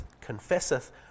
confesseth